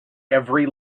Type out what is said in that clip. every